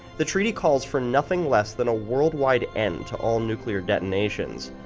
the treaty calls for nothing less than a worldwide end to all nuclear detonations,